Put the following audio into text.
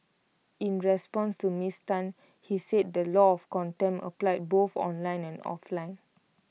in response to miss Tan he said the law of contempt applied both online and offline